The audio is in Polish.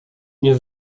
nie